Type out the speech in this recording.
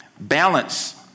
balance